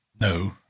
no